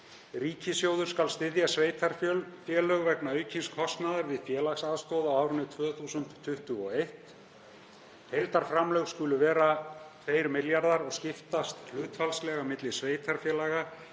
„Ríkissjóður skal styðja sveitarfélög vegna aukins kostnaðar við félagsaðstoð á árinu 2021. Heildarframlög skulu vera 2.000.000.000 kr. og skiptast hlutfallslega milli sveitarfélaga